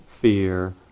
fear